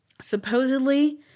supposedly